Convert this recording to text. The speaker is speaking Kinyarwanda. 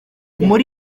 muri